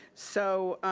so,